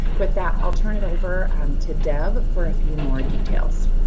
with that, i'll turn it over to dave for a few more details.